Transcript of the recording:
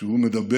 שבו הוא מדבר